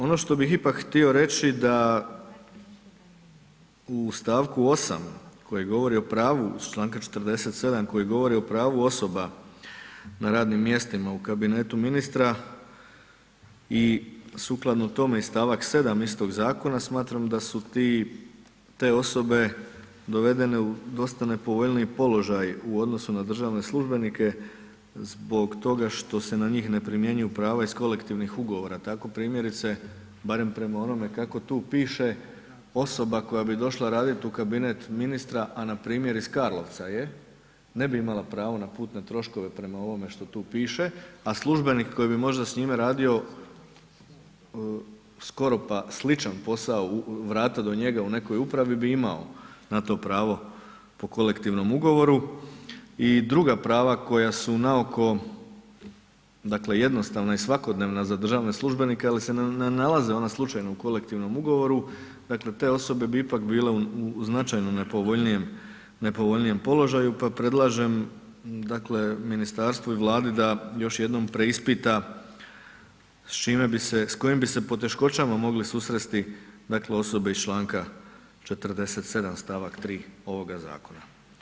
Ono što bih ipak htio reći da u st. 8. koji govori o pravu iz čl. 47., koji govori o pravu osoba na radnim mjestima u kabinetu ministra i sukladno tome i st. 7. istog zakona, smatram da su ti, te osobe dovedene u dosta nepovoljniji položaj u odnosu na državne službenike zbog toga što se na njih ne primjenjuju prava iz kolektivnih ugovora, tako primjerice, barem prema onome kako tu piše, osoba koja bi došla radit u kabinet ministra, a npr. iz Karlovca je, ne bi imala pravo na putne troškove prema ovome šta tu piše, a službenik koji bi možda s njime radio, skoro pa sličan posao, vrata do njega u nekoj upravi, bi imao na to pravo po kolektivnom ugovoru i druga prava koja su naoko, dakle, jednostavna i svakodnevna za državne službenike, ali se ne nalaze ona slučajno u kolektivnom ugovoru, dakle, te osobe bi ipak bile u značajno nepovoljnijem, nepovoljnijem položaju, pa predlažem, dakle, ministarstvu i Vladi da još jednom preispita s čime bi se, s kojim bi se poteškoćama mogli susresti, dakle, osobe iz čl. 47. st. 3. ovoga zakona.